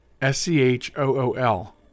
S-C-H-O-O-L